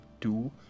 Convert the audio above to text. two